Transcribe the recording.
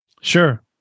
Sure